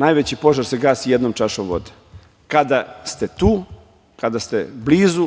Najveći požar se gasi jednom čašom vode. Kada ste tu, kada ste blizu,